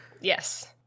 Yes